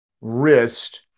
wrist